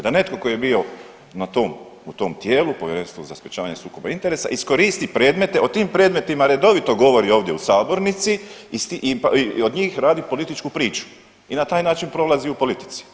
Da netko tko je bio na tom, u tom tijelu, Povjerenstvu za sprječavanje sukoba interesa, iskoristi predmete, o tim predmetima redovito govori ovdje u sabornici i od njih radi političku priču i na taj način prolazi u politici.